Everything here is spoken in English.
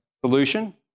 solution